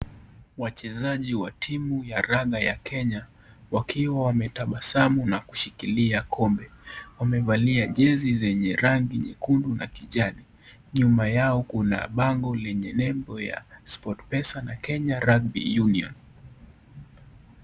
Wachezaji wa timu, ya raga ya Kenya, wakiwa wametabasamu na kushikilia kombe, wamevalia jezi zenye rangi nyekundu, na kijani, nyuma yao kuna bango lenye nembo ya, (cs)Spotpesa(cs), na Kenya Rugby Union.